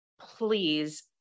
please